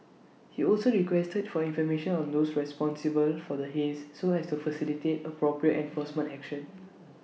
he also requested for information on those responsible for the haze so as to facilitate appropriate enforcement action